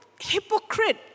hypocrite